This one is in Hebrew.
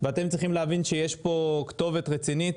ואתם צריכים להבין שיש פה כתובת רצינית